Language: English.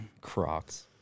Crocs